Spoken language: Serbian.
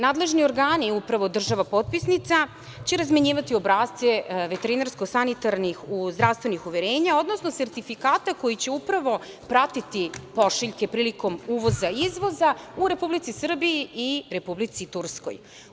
Nadležni organi upravo država potpisnica će razmenjivati obrasce veterinarsko sanitarnih zdravstvenih uverenja, odnosno sertifikata koji će upravo pratiti pošiljke prilikom uvoza i izvoza u Republici Srbiji i Republici Turskoj.